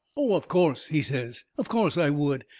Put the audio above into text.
oh, of course, he says, of course i would.